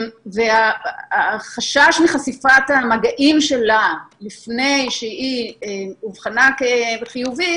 והחשש מחשיפת המגעים שלה לפני שהיא אובחנה כחיובית